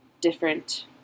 different